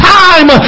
time